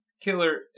Killer